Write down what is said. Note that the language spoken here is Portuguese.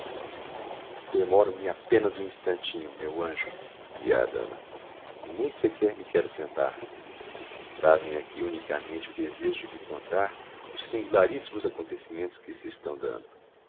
dias demoro me apenas um instantinho meu anjo pia a dama nem sequer me quero sentar traz me aqui unicamente o desejo de lhe contar os singularissimos acontecimentos que se estão dando